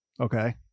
Okay